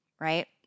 right